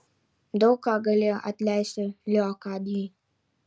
daug ką galėjo atleisti leokadijai